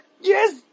Yes